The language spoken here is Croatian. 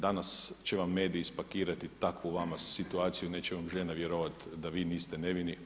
Danas će vam mediji spakirati takvu vama situaciju, neće vam žena vjerovati da vi niste nevini.